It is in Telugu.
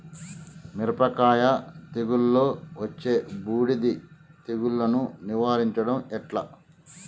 మిరపకాయ తెగుళ్లలో వచ్చే బూడిది తెగుళ్లను నివారించడం ఎట్లా?